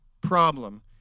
problem